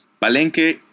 Palenque